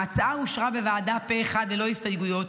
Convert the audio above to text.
ההצעה אושרה בוועדה פה אחד ללא הסתייגויות,